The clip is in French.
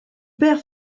père